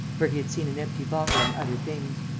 where he had seen an empty bottle and other things.